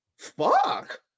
fuck